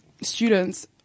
students